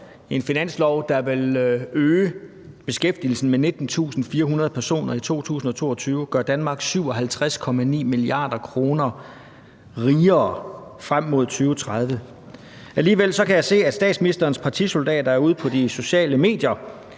en finanslov, der vil øge beskæftigelsen med 19.400 personer i 2022 og gøre Danmark 57,9 mia. kr. rigere frem mod 2030. Alligevel kan jeg se, at statsministerens partisoldater er ude på de sociale medier